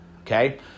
okay